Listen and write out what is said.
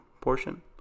portion